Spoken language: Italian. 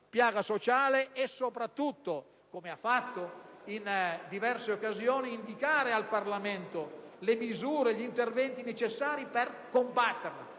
piaga sociale e soprattutto, come ha fatto in diverse occasioni, indicare al Parlamento le misure e gli interventi necessari per combatterla.